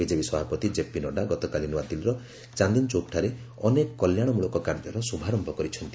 BJP ସଭାପତି JP Nadda ଗତକାଳି ନୂଆଦିଲ୍ଲୀର ଚାନ୍ଦିନୀ ଚୌକ୍ଠାରେ ଅନେକ କଲ୍ୟାଣମୂଳକ କାର୍ଯ୍ୟର ଶୁଭାରମ୍ଭ କରିଛନ୍ତି